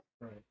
Right